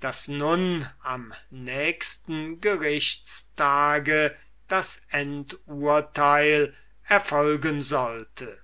daß nun am nächsten gerichtstage das endurteil erfolgen sollte